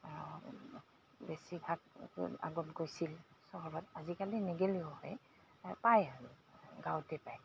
বেছি ভাগ আগত গৈছিল চহৰত আজিকালি নগ'লেও হৈ পায় আৰু গাঁৱতে পায়